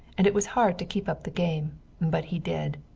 and it was hard to keep up the game but he did.